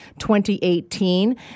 2018